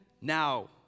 now